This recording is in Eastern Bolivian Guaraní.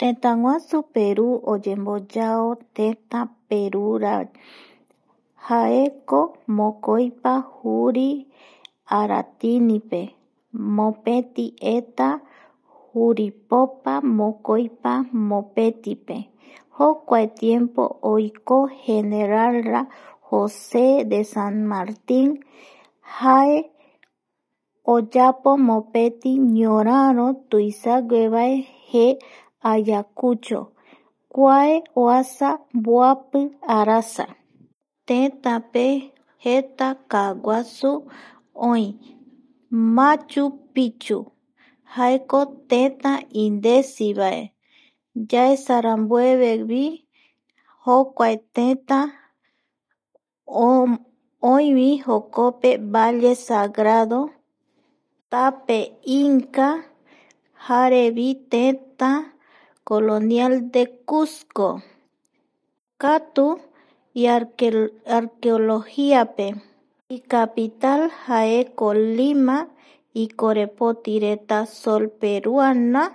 Tëtäguasu Perú oyemboyao tëtä perúrai jaeko mokoipa juri aratinipe mopeti eta juripopa mokoipa mopetipe jokuae tiempo oiko generalra José de san Martin, jae oyapo mopeti ñoraro tuisaguevae jee ayacucho kuae oasa mboapi arasa tëtäpe jeta kaaguasu oï Machupichu jaeko tëtä indesivae yaesarambuevevi jokuae tëta oïvi jokope valle sagrado tape inca jarevi tëtä colonial de Cusco katu arquelógape icapital jaeko Lima, ikorepotiret sol peruana.